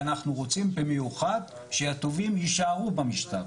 ואנחנו רוצים במיוחד שהטובים יישארו במשטרה.